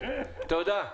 תודה.